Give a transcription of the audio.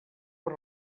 per